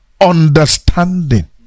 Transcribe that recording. understanding